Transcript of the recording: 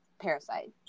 Parasite